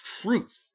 truth